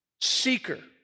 seeker